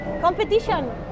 competition